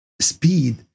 speed